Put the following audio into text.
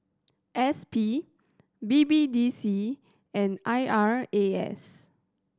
S P B B D C and I R A S